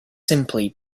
simply